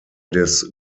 des